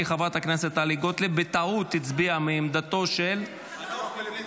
כי חברת הכנסת טלי גוטליב בטעות הצביעה מעמדתו של -- חנוך מלביצקי.